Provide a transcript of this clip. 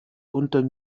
unter